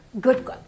Good